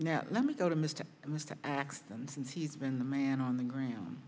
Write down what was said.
now let me go to mr mr x then since he's been the man on the ground